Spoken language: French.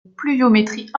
pluviométrie